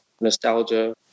nostalgia